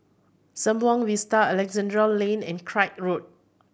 Sembawang Vista Alexandra Lane and Craig Road